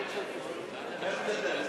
"מרצדס".